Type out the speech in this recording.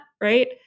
right